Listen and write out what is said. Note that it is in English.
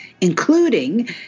including